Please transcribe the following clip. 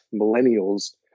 millennials